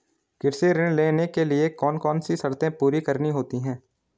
कृषि ऋण लेने के लिए कौन कौन सी शर्तें पूरी करनी होती हैं?